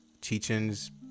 teachings